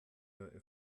der